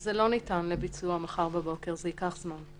זה לא ניתן לביצוע מחר בבוקר, זה ייקח זמן.